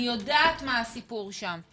אני יודעת מה הסיפור שם.